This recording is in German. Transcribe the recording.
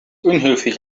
unhöflich